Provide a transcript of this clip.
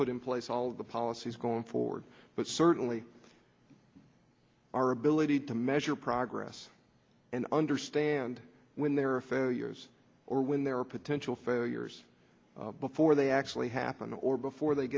put in place all the policies going forward but certainly our ability to measure progress and understand when there are failures or when there are potential failures before they actually happen or